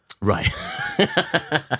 Right